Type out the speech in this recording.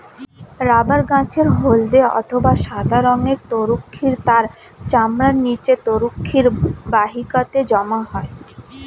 rubber গাছের হল্দে অথবা সাদা রঙের তরুক্ষীর তার চামড়ার নিচে তরুক্ষীর বাহিকাতে জমা হয়